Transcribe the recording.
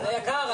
על היק"ר.